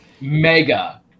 Mega